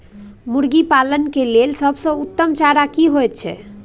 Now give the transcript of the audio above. मुर्गी पालन के लेल सबसे उत्तम चारा की होयत छै?